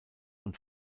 und